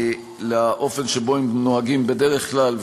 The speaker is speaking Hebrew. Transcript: לאופן שבו הם נוהגים בדרך כלל,